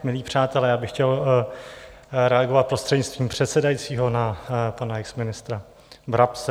Milí přátelé, chtěl bych reagovat prostřednictvím předsedajícího na pana exministra Brabce.